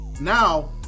Now